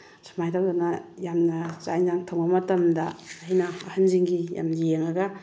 ꯁꯨꯃꯥꯏꯅ ꯇꯧꯗꯅ ꯌꯥꯝꯅ ꯆꯥꯛ ꯑꯦꯟꯁꯥꯡ ꯊꯣꯡꯕ ꯃꯇꯝꯗ ꯑꯩꯅ ꯑꯍꯟꯁꯤꯡꯒꯤ ꯌꯥꯝ ꯌꯦꯡꯂꯒ